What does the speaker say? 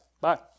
bye